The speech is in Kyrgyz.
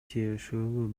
тиешелүү